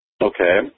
Okay